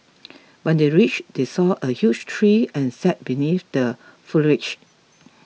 when they reach they saw a huge tree and sat beneath the foliage